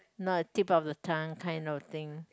not a tip of the tongue kind of thing